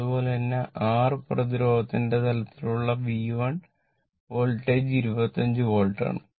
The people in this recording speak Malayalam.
അതുപോലെ തന്നെ R പ്രതിരോധത്തിന്റെ തലത്തിലുള്ള V 1 വോൾട്ടേജ് 25 വോൾട്ട് ആണ്